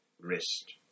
wrist